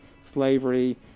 slavery